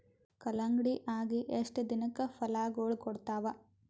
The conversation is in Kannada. ಕಲ್ಲಂಗಡಿ ಅಗಿ ಎಷ್ಟ ದಿನಕ ಫಲಾಗೋಳ ಕೊಡತಾವ?